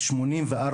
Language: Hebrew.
בשלושה מקצועות,